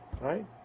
Right